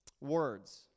words